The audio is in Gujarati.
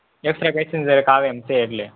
એકસ્ટ્રા પેસિંજર એક આવે એમ છે એટલે